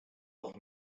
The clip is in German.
auch